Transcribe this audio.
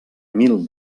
mil